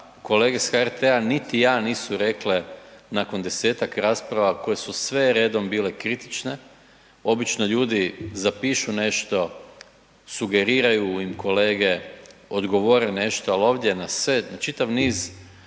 kolege s HRT-a niti „a“ nisu rekle nakon desetak rasprave koje su sve redom bile kritične, obično ljudi zapišu nešto, sugeriraju im kolege, odgovore nešto ali ovdje na sve, na čitav niz